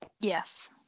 Yes